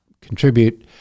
contribute